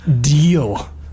Deal